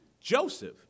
Joseph